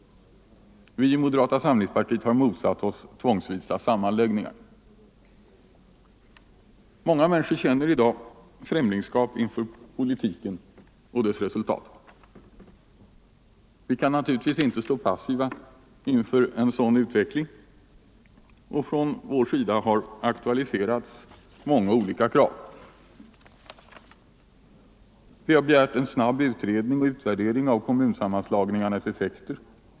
Vi i moderata samlingspartiet har motsatt oss vissa sammanläggningar. Många människor känner i dag främlingskap inför politiken och dess resultat. Vi kan naturligtvis inte stå passiva inför en sådan utveckling, och från vår sida har framförts många olika krav. Vi har begärt en snabb utredning och utvärdering av kommunsammanslagningarnas effekter.